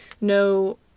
no